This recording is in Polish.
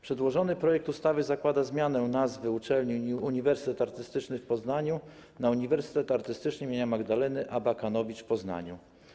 Przedłożony projekt ustawy zakłada zmianę nazwy uczelni Uniwersytet Artystyczny w Poznaniu na Uniwersytet Artystyczny im. Magdaleny Abakanowicz w Poznaniu.